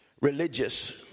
religious